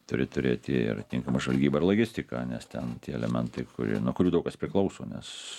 turi turėti ir tinkamą žvalgybą ir logistiką nes ten tie elementai kurie nuo kurių daug kas priklauso nes